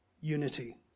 unity